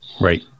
Right